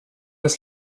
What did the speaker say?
des